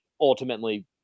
ultimately